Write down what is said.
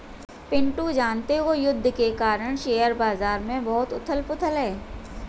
पिंटू जानते हो युद्ध के कारण शेयर बाजार में बहुत उथल पुथल है